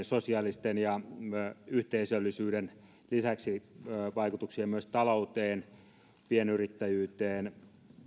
sosiaalisuuden ja yhteisöllisyyden lisäksi paljon vaikutuksia myös talouteen pienyrittäjyyteen